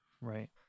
Right